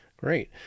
Great